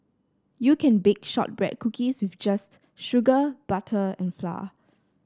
you can bake shortbread cookies with just sugar butter and flour